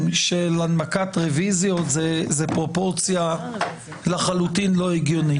של הנמקת רוויזיות זה פרופורציה לחלוטין לא הגיונית.